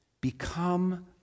become